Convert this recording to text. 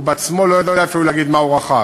הוא בעצמו לא יודע אפילו להגיד מה הוא רכש.